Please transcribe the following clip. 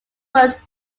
words